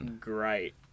great